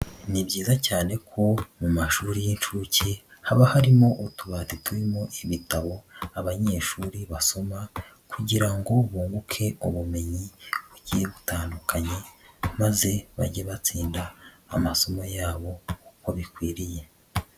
Ni byiza cyane ko mu mashuri y'inshuke haba harimo utubati turimo ibitabo abanyeshuri basoma kugira ngo bunguke ubumenyi bugiye butandukanye maze bajye batsinda amasomo yabo uko bikwiriye.